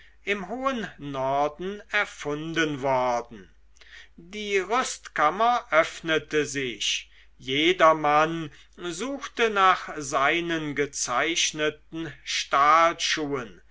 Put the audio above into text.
im hohen norden erfunden worden die rüstkammer öffnete sich jedermann suchte nach seinen gezeichneten stahlschuhen